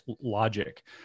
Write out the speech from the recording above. logic